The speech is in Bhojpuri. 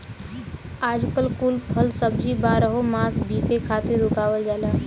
आजकल कुल फल सब्जी बारहो मास बिके खातिर उगावल जाला